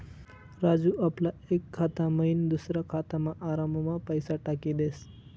राजू आपला एक खाता मयीन दुसरा खातामा आराममा पैसा टाकी देस